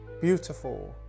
beautiful